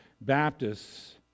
Baptists